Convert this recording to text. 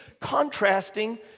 contrasting